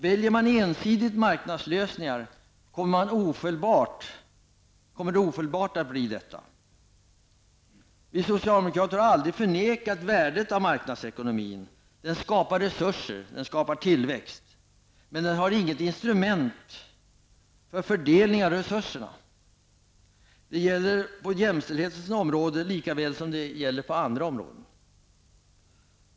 Väljer man ensidigt marknadslösningar, kommer det ofelbart att bli på det här sättet. Vi socialdemokrater har aldrig förnekat värdet av marknadsekonomin. Den skapar resurser och tillväxt, men den har inget instrument för fördelning av resurserna. Detta gäller på jämställdhetens område lika väl som på andra områden.